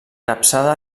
capçada